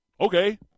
Okay